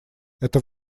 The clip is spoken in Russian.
это